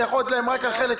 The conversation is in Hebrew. אני יכול לתת להם רק על חלק,